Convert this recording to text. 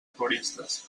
turistes